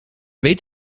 weet